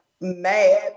mad